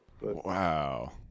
Wow